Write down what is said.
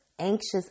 Anxious